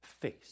face